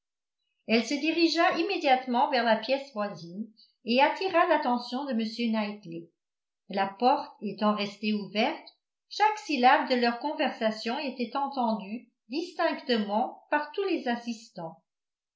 elle se dirigea immédiatement vers la pièce voisine et attira l'attention de m knightley la porte étant restée ouverte chaque syllabe de leur conversation était entendue distinctement par tous les assistants